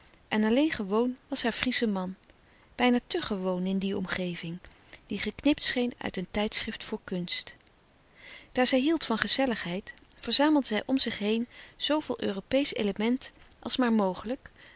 en alleen gewoon was haar friesche man bijna te gewoon in die omgeving die geknipt scheen uit een tijdschrift voor kunst daar zij hield van gezelligheid verzamelde zij om zich heen zooveel europeesch element als maar mogelijk